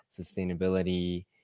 sustainability